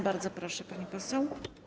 Bardzo proszę, pani poseł.